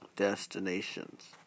destinations